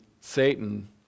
Satan